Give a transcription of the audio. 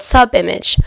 Subimage